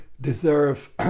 deserve